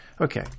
Okay